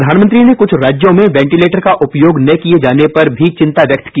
प्रधानमंत्री ने कुछ राज्यों में वेंटीलेटर का उपयोग न किए जाने पर भी चिंता व्यक्त की